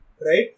right